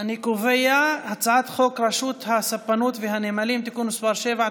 אני קובע כי הצעת חוק רשות הספנות והנמלים (תיקון מס' 7),